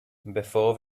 before